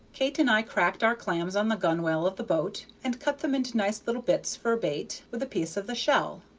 kate and i cracked our clams on the gunwale of the boat, and cut them into nice little bits for bait with a piece of the shell,